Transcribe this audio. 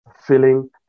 feeling